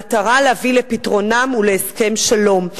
במטרה להביא לפתרונם ולהסכם שלום.